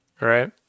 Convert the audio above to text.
right